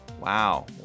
Wow